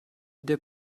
der